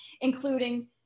including